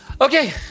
Okay